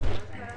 תודה